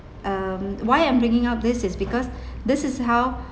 um why I'm bringing up this is because this is how